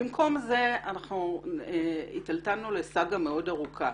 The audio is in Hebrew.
במקום זה אנחנו היטלטלנו לסאגה מאוד ארוכה,